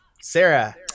Sarah